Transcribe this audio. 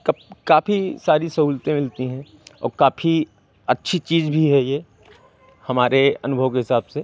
cup काफ़ी सारी सहूलतें मिलती हैं और काफ़ी अच्छी चीज़ भी है ये हमारे अनुभव के हिसाब से